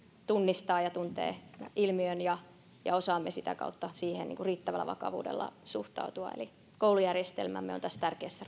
tunnistaa ja tuntee ilmiön ja ja osaamme sitä kautta siihen riittävällä vakavuudella suhtautua eli koulujärjestelmämme on tässä tärkeässä